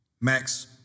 Max